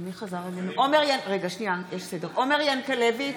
עומר ינקלביץ'